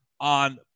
on